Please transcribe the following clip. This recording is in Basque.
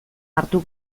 hartu